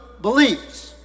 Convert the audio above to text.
believes